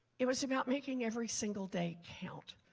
it was about making every single day count.